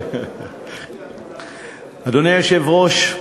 אדוני היושב-ראש,